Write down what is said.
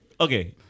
Okay